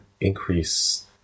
increase